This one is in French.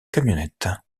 camionnette